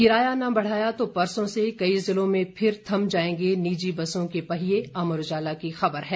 किराया न बढ़ाया तो परसों से कई जिलों में फिर थम जाएंगे निजी बसों के पहिये अमर उजाला की खबर है